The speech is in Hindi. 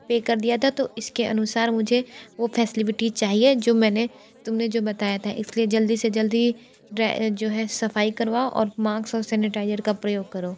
पे कर दिया था तो इसके अनुसार मुझे वो फेस्लिविटी चाहिए जो मैंने तुम ने जो बताया था इस लिए जल्दी से जल्दी ही जो है सफ़ाई करवाओ और माक्स और सैनिटाइजर का प्रयोग करो